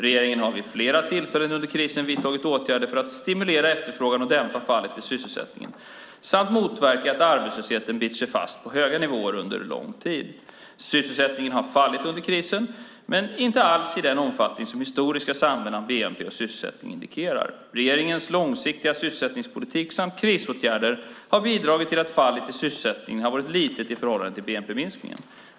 Regeringen har vid flera tillfällen under krisen vidtagit åtgärder för att stimulera efterfrågan och dämpa fallet i sysselsättningen samt motverka att arbetslösheten biter sig fast på höga nivåer under lång tid. Sysselsättningen har fallit under krisen men inte alls i den omfattningen som historiska samband mellan bnp och sysselsättning indikerar. Regeringens långsiktiga sysselsättningspolitik samt krisåtgärder har bidragit till att fallet i sysselsättningen har varit litet i förhållande till bnp-minskningen.